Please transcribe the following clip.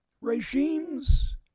regimes